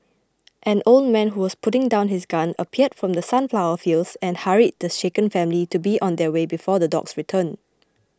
an old man who was putting down his gun appeared from the sunflower fields and hurried the shaken family to be on their way before the dogs return